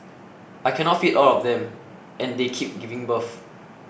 I cannot feed all of them and they keep giving birth